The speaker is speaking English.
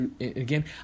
Again